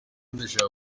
ndashaka